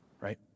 right